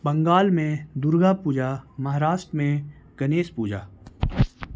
بنگال میں درگا پوجا مہاراشٹر میں گنیش پوجا